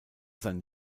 sein